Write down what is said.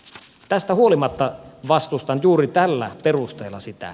tästä huolimatta vastustan juuri tällä perusteella sitä